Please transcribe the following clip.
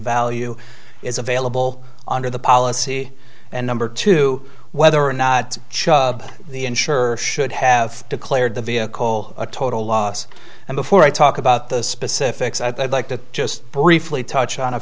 value is available under the policy and number two whether or not the insurer should have declared the vehicle a total loss and before i talk about the specifics i'd like to just briefly touch on a